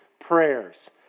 Prayers